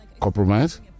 compromise